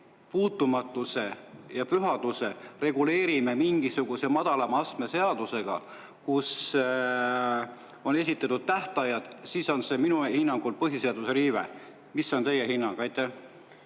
puutumatuse ja pühaduse reguleerime mingisuguse madalama astme seadusega, kus on esitatud tähtajad, siis on see minu hinnangul põhiseaduse riive. Mis on teie hinnang? Aitäh!